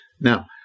Now